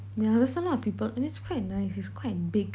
yeah it was a lot of people and it's quite nice it's quite big